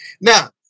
Now